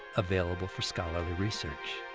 available for scholarly research.